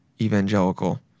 evangelical